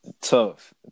Tough